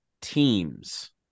teams